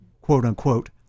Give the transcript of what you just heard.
quote-unquote